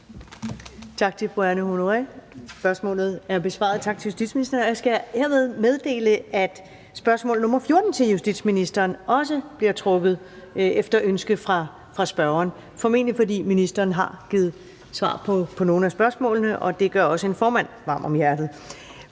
Tak til fru Anne Honoré Østergaard, spørgsmålet er besvaret. Tak til justitsministeren. Jeg skal hermed meddele, at spørgsmål nr. 14 til justitsministeren (spm. nr. S 1353) også efter ønske fra spørgeren udgår, formentlig fordi ministeren har givet svar på nogle af spørgsmålene her. Det gør også en formand varm om hjertet.